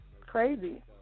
Crazy